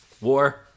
War